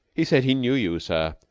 he said he knew you, sir.